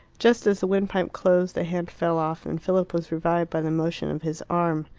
just as the windpipe closed, the hand fell off, and philip was revived by the motion of his arm.